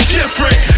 different